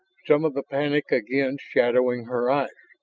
some of the panic again shadowing her eyes.